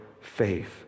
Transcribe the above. faith